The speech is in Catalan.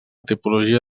tipologia